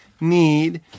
need